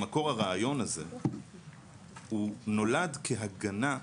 במקור הרעיון הזה הוא נולד כהגנה,